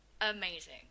amazing